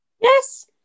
Yes